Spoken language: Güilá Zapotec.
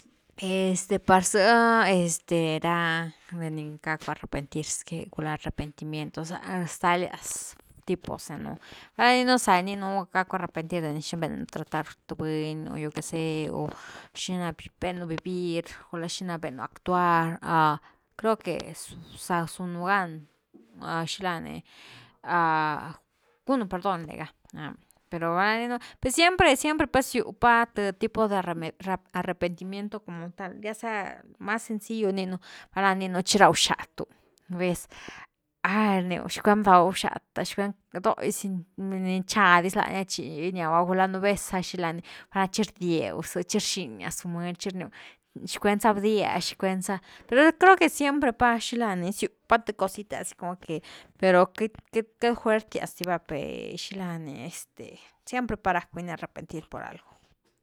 Este per zë, este ra, par ni gacku arrepentir sque, gulá arrepentimiento za, stalas tipos ni nú valna gininu za gacku arrepentir de ni xi benu tratar th buny, o yo que sé o xina benu vivir, gula xina benu actuar, creo que za sunu gan xila ni gunu perdón liga ha pero val gininu, pero siemrpe-siempre pa siupa th tipo de arrepentimiento como tal, ya sea lo mas sencillo gininu, valna gininu chi raw xatu, pues ¡ah! Rniu, chicen bdaw xata, chicuen, doisy mer nia nincha dis naña chi niaua, gulá nú vez za xilani chi rdieu chi rxiñasu mëly chi rniu chicuen za bdie chicuen za per, yo creo que siempre pa siupa th cositas como que, pero queit-queity fuertias di va per xila ni este siempre pa rack buny arrepentir por algo.